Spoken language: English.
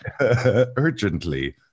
urgently